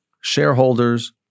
shareholders